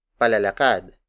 palalakad